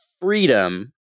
freedom